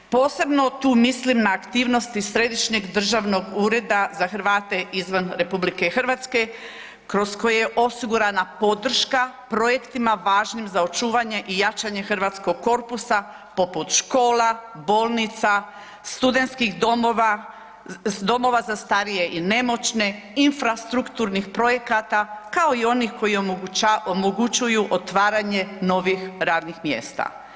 Posebno tu mislim na aktivnosti Središnjeg državnog ureda za Hrvate izvan Republike Hrvatske kroz koje je osigurana podrška projektima važnim za očuvanje i jačanje hrvatskog korpusa poput škola, bolnica, studentskih domova, domova za starije i nemoćne, infrastrukturnih projekata kao i onih koji omogućuju otvaranje novih radnih mjesta.